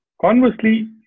conversely